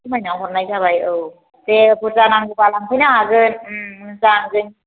खमायना हरनाय जाबाय औ दे बुरजा नांगौबा लांफैनो हागोन उम मोजां